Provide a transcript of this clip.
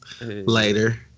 later